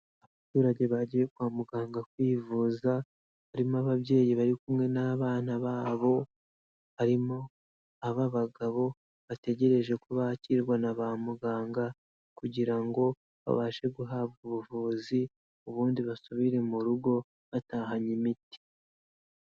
Abaturage bagiye kwa muganga kwivuza harimo ababyeyi bari kumwe n'abana babo, harimo ab'abagabo bategereje ko bakirwa na ba muganga kugira ngo babashe guhabwa ubuvuzi, ubundi basubire mu rugo batahanye imiti.